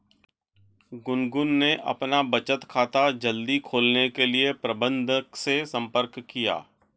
गुनगुन ने अपना बचत खाता जल्दी खोलने के लिए प्रबंधक से संपर्क किया